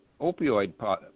opioid